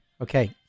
Okay